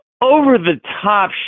over-the-top